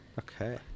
Okay